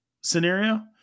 scenario